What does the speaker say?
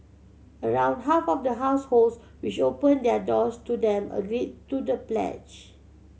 around half of the households which opened their doors to them agreed to the pledge